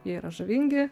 jie yra žavingi